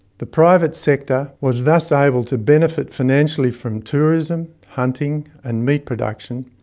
the private sector was thus able to benefit financially from tourism, hunting and meat production.